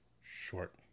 Short